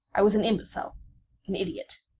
i was an imbecile an idiot.